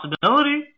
possibility